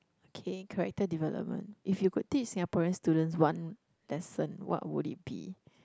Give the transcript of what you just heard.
okay character development if you could teach Singaporean students one lesson what would it be